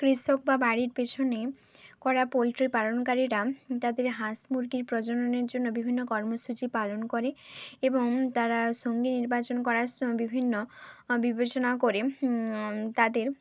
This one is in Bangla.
কৃষকরা বা বাড়ির পেছনে করা পোলট্রি পালনকারীরা তাদের হাঁস মুরগির প্রজননের জন্য বিভন্ন কর্মসূচি পালন করে এবং তারা সঙ্গী নির্বাচন করার সময় বিভিন্ন বিবেচনা করে তাদের